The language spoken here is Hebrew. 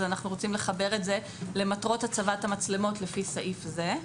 אנחנו רוצים לחבר את זה ל"מטרות הצבת המצלמות לפי סעיף זה".